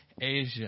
Asia